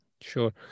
Sure